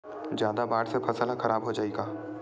जादा बाढ़ से फसल ह खराब हो जाहि का?